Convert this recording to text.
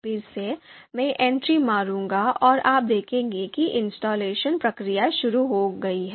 फिर से मैं एंट्री मारूंगा और आप देखेंगे कि इंस्टॉलेशन प्रक्रिया शुरू हो गई है